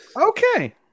okay